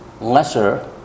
lesser